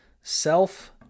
Self